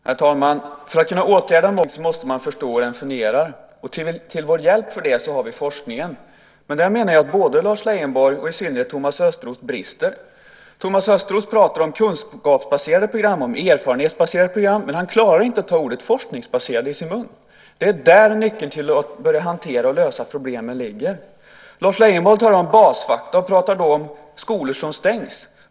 Herr talman! För att kunna åtgärda mobbning måste man förstå hur den fungerar. Till vår hjälp har vi forskningen. Men både Lars Leijonborg och i synnerhet Thomas Östros brister i fråga om detta. Thomas Östros talar om kunskapsbaserade program och om erfarenhetsbaserade program. Men han klarar inte att ta ordet forskningsbaserade i sin mun. Det är där som nyckeln till att börja hantera och lösa problemen ligger. Lars Leijonborg talar om basfakta och talar då om skolor som stängs.